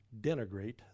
denigrate